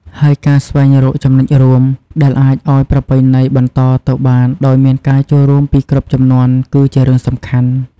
ហើយការស្វែងរកចំណុចរួម ដែលអាចឲ្យប្រពៃណីបន្តទៅបានដោយមានការចូលរួមពីគ្រប់ជំនាន់ គឺជារឿងសំខាន់។